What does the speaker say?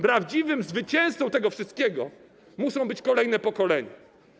Prawdziwym zwycięzcą tego wszystkiego muszą być kolejne pokolenia.